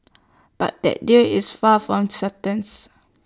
but that deal is far from certain